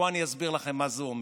בואו אני אסביר לכם מה זה אומר,